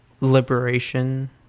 liberation